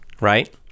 right